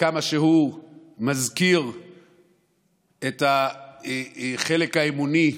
מכמה שהוא מזכיר את החלק האמוני,